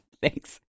Thanks